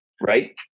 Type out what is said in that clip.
right